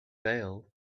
bail